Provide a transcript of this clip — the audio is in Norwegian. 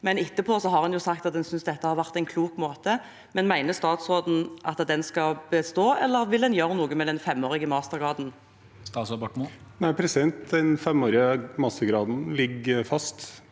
men etterpå har en sagt at en synes dette har vært en klok måte. Mener statsråden at den skal bestå, eller vil en gjøre noe med den femårige mastergraden? Statsråd Ola Borten Moe Den femårige mastergraden ligger fast.